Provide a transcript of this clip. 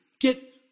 get